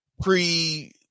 Pre